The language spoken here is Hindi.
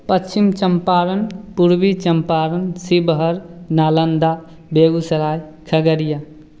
पश्चिम चम्पारण पूर्वी चम्पारण शिबहर नालंदा बेगुसराय खगड़िया